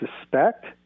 suspect